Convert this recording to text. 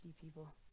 people